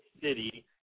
city